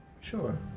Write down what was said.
Sure